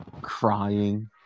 crying